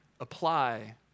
apply